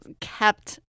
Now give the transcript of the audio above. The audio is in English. kept